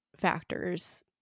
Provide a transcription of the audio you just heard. Factors